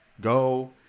go